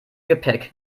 gepäck